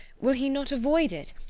will he not avoid it,